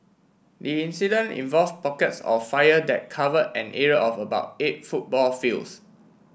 the incident involves pockets of fire that covered an area of about eight football fields